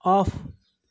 off